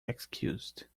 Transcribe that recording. excused